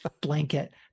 blanket